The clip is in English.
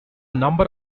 number